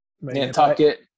Nantucket